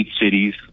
cities